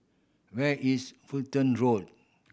where is Fulton Road